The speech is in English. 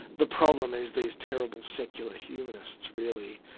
the problem is these terrible secular humanists really.